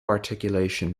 articulation